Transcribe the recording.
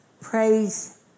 praise